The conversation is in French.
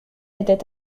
était